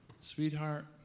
sweetheart